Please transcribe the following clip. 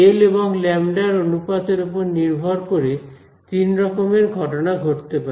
এল এবং ল্যামডা λ র অনুপাত এর উপর নির্ভর করে তিন রকমের ঘটনা ঘটতে পারে